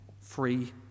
free